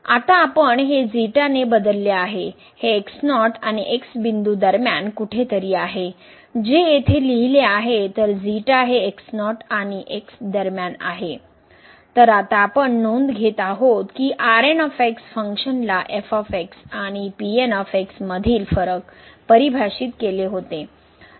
आता आपण हे ने बदलले आहे हे x0 आणि x बिंदू दरम्यान कुठेतरी आहे जे येथे लिहिले आहे ते हे x0 आणि x दरम्यान आहे तर आता आपण नोंद घेत आहोत की फंक्शनला आणि मधील फरक परिभाषित केले होते